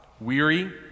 Weary